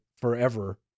forever